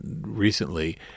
recently